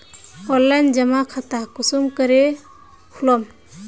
Online जमा खाता कुंसम करे खोलूम?